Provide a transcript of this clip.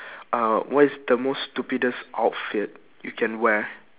uh what is the most stupidest outfit you can wear